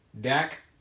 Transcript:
Dak